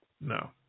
No